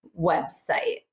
website